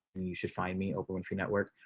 you should find me oprah winfrey network,